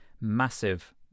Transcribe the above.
massive